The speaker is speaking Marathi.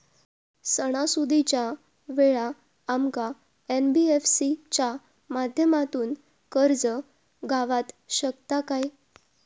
सणासुदीच्या वेळा आमका एन.बी.एफ.सी च्या माध्यमातून कर्ज गावात शकता काय?